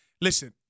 listen